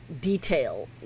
detail